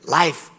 life